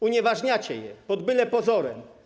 Unieważniacie je pod byle pozorem.